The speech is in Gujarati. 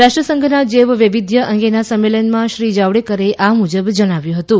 રાષ્ટ્ર સંઘના જૈવ વૈવિધ્ય અંગેના સંમેલનમાં શ્રી જાવડેકરે આ મુજબ જણાવ્યું હતું